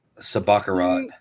sabakarat